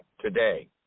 today